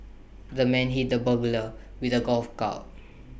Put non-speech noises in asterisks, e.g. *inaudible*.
the man hit the burglar with A golf *unintelligible*